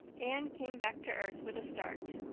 anne came back to earth with a start.